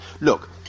Look